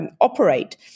operate